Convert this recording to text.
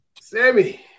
Sammy